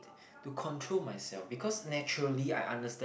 to control myself because naturally I understand